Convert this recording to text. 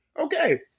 okay